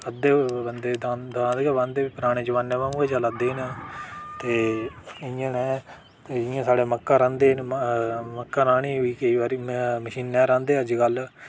अद्धे बंदे दांद दांद गै बांह्ंदे न पराने जमाने बांगू गै चलै दे न ते इयां गै ते जियां साढ़ै मक्कां रांह्दे न मक्कां राह्नी केईं बारी मशीनां रांह्दे अज्जकल